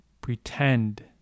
Pretend